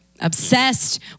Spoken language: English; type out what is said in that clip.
obsessed